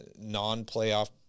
non-playoff